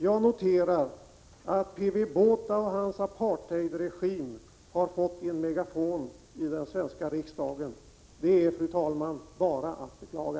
Jag noterar att P. W. Botha och hans apartheidregim har fått en megafon i den svenska riksdagen. Det är, fru talman, bara att beklaga.